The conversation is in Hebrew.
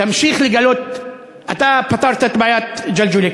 תמשיך לגלות, אתה פתרת את בעיית ג'לג'וליה.